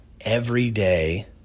everyday